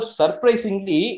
surprisingly